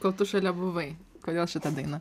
kol tu šalia buvai kodėl šita daina